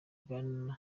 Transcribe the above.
bwana